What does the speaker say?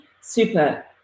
super